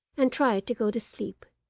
and tried to go to sleep.